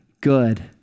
good